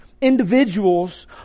individuals